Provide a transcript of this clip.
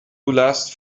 last